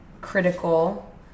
critical